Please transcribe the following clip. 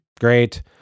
Great